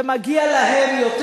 ומגיע להם יותר.